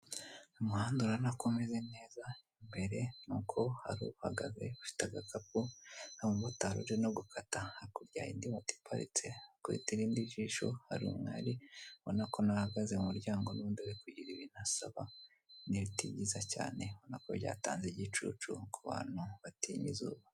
Umuhanda urabona ko umeze neza imbere nuko hari uhagaze ufite agakapu, umumotari uri nogukata, hakurya hari indi moto iparitse, wakubita irindi jisho hari umwari ubona ko nawe ahagaze mu muryango n'undi uri kugira ibintu asaba, n'ibiti byizaza cyane, ubona ko byatanga igicucu kubantu batinya izuba.